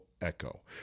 Echo